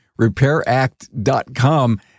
repairact.com